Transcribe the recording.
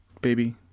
baby